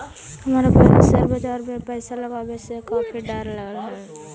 हमरा पहला शेयर बाजार में पैसा लगावे से काफी डर लगअ हलो